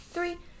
Three